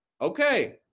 okay